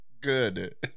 good